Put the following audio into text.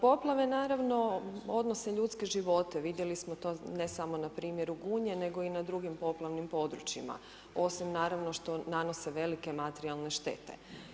Poplave naravno odnose ljudske živote, vidjeli smo to ne samo na primjeru Gunje nego i na drugim poplavnim područjima osim naravno što nanose velike materijalne štete.